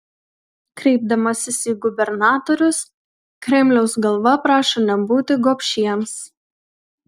kreipdamasis į gubernatorius kremliaus galva prašo nebūti gobšiems